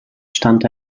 stand